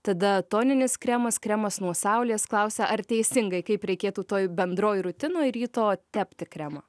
tada toninis kremas kremas nuo saulės klausia ar teisingai kaip reikėtų toj bendroj rutinoj ryto tepti kremą